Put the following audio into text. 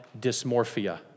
dysmorphia